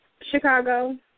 Chicago